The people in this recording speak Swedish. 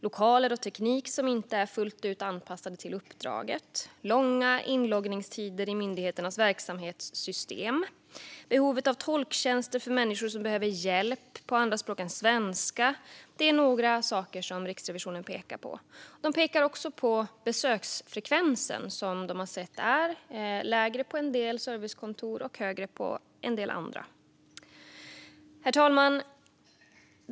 Lokaler och teknik som inte är fullt ut anpassade till uppdraget, långa inloggningstider i myndigheternas verksamhetssystem och behovet av tolktjänster för människor som behöver hjälp på andra språk än svenska är några saker Riksrevisionen pekar på. De pekar också på besöksfrekvensen, som de har sett är lägre på en del servicekontor och högre på en del andra. Herr talman!